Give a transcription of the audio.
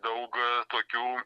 daug tokių